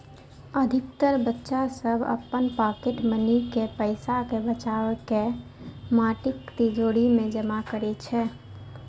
अधिकतर बच्चा सभ अपन पॉकेट मनी के पैसा कें बचाके माटिक तिजौरी मे जमा करै छै